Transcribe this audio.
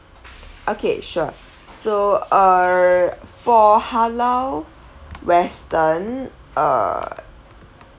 okay sure so err for halal western uh